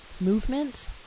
movement